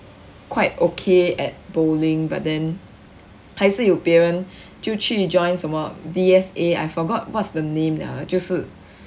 quite okay at bowling but then 还是有别人就去 join 什么 D_S_A I forgot what's the name liao 就是